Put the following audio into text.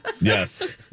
Yes